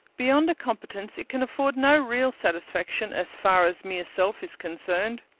beyond a competence, it can afford no real satisfaction, as far as mere self is concerned.